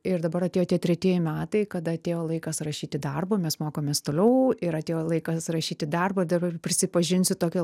ir dabar atėjo tie tretieji metai kada atėjo laikas rašyti darbą mes mokomės toliau ir atėjo laikas rašyti darbą dabar prisipažinsiu tokią